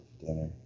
dinner